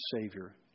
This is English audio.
Savior